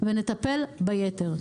ונטפל ביתר.